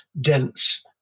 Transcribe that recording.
dense